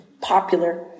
popular